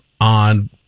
on